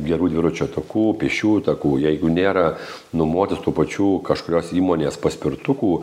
gerų dviračio takų pėsčiųjų takų jeigu nėra nuomuotis tų pačių kažkurios įmonės paspirtukų